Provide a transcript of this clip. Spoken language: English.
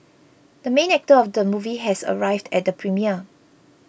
the main actor of the movie has arrived at the premiere